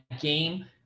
game